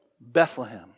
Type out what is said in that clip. Bethlehem